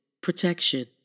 protection